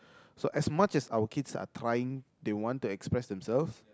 so as much as our kids are trying they want to express themselves